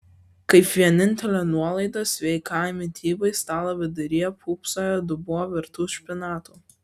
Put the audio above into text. kaip vienintelė nuolaida sveikai mitybai stalo viduryje pūpsojo dubuo virtų špinatų